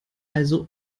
also